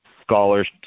scholars